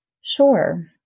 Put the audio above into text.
Sure